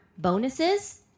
bonuses